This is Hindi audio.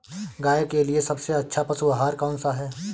गाय के लिए सबसे अच्छा पशु आहार कौन सा है?